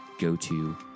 go-to